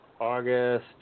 August